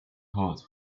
heart